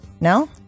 No